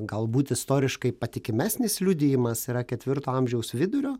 galbūt istoriškai patikimesnis liudijimas yra ketvirto amžiaus vidurio